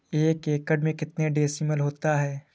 एक एकड़ में कितने डिसमिल होता है?